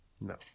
No